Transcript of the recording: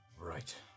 Right